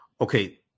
okay